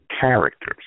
characters